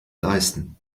leisten